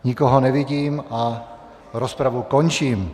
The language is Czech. Nikoho nevidím a rozpravu končím.